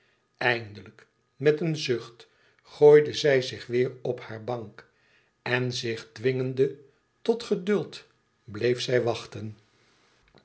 eindelijk met een zucht gooide zij zich weêr op haar bank en zich dwingende tot geduld bleef zij wachten